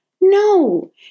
No